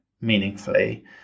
meaningfully